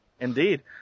Indeed